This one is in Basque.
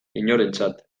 inorentzat